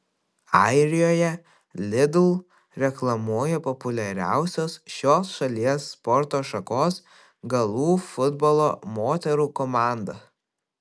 arijoje lidl reklamuoja populiariausios šios šalies sporto šakos galų futbolo moterų komanda